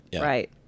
right